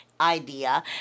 idea